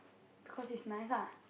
because it's nice ah